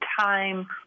time